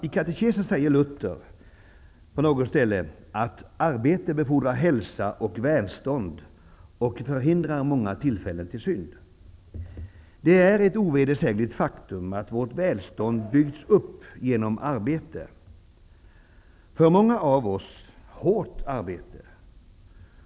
I Katekesen säger Luther på något ställe att ''arbete befordrar hälsa och välstånd och förhindrar många tillfällen till synd''. Det är ett ovedersägligt faktum att vårt välstånd har byggts upp genom arbete, för många av oss genom hårt arbete.